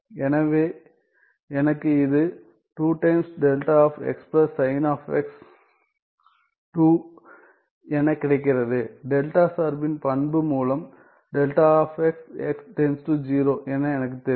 எனவே எனக்கு இது 2δxsgn 2 என கிடைக்கிறது டெல்டா சார்பின் பண்பு மூலம் δx → 0 என எனக்குத் தெரியும்